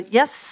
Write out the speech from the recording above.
yes